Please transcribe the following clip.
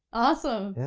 awesome,